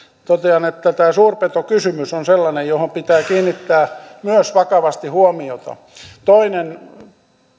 totean että tämä suurpetokysymys on sellainen johon myös pitää kiinnittää vakavasti huomiota toinen